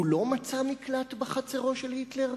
הוא לא מצא מקלט בחצרו של היטלר?